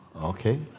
okay